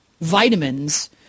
vitamins –